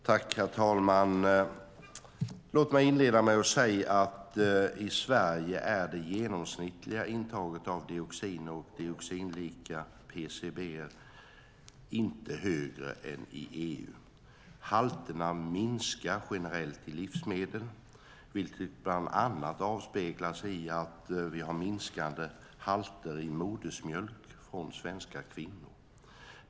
Herr talman! I Sverige är det genomsnittliga intaget av dioxiner och dioxinlika PCB:er inte högre än i EU. Halterna minskar generellt i livsmedel, vilket bland annat avspeglas i att vi har minskande halter i modersmjölk hos svenska kvinnor.